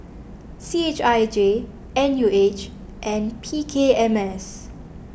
C H I J N U H and P K M S